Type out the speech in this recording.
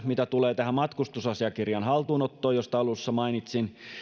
mitä tulee tähän matkustusasiakirjan haltuunottoon josta alussa mainitsin valiokunta pitää edelleen perusteltuna